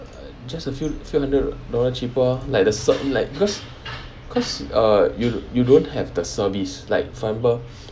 just a few few hundred dollars cheaper lor like the cert~ like because cause err you you don't have the service like for example